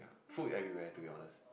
food everywhere to be honest